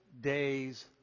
days